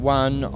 one